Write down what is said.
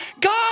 God